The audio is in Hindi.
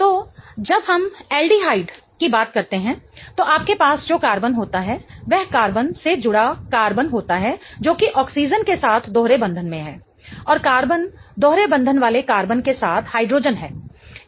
तो जब हम एल्डिहाइड की बात करते हैं तो आपके पास जो कार्बन होता है वह कार्बन से जुड़ा कार्बन होता है जोकि ऑक्सीजन के साथ दोहरे बंधन में है और कार्बन दोहरे बंधन वाले कार्बन के साथ हाइड्रोजन है